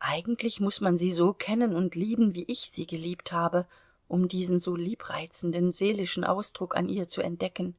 eigentlich muß man sie so kennen und lieben wie ich sie geliebt habe um diesen so liebreizenden seelischen ausdruck an ihr zu entdecken